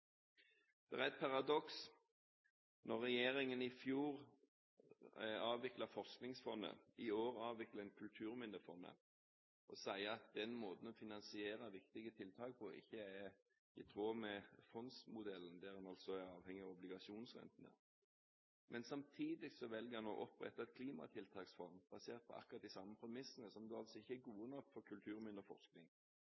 Det er et paradoks at regjeringen i fjor avviklet Forskningsfondet, i år avvikler man Kulturminnefondet, og man sier at den måten å finansiere viktige tiltak på ikke er i tråd med fondsmodellen, der man altså er avhengig av obligasjonsrentene, men samtidig velger man å opprette et klimatiltaksfond basert på akkurat de samme premissene – som da altså ikke er